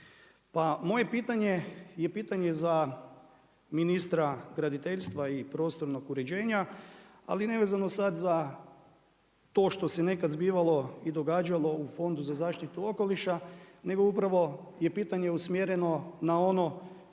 moje pitanje je pitanje za ministra graditeljstva i prostornog uređenja, ali nevezano sad za to što se nekad zbivalo i događalo u Fondu za zaštitu okoliša, nego upravo je pitanje usmjereno na ono